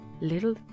little